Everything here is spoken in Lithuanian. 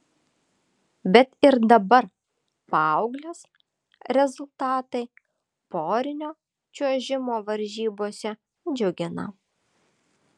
bet ir dabar paauglės rezultatai porinio čiuožimo varžybose džiugina